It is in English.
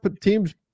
teams